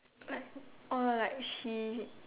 like uh like she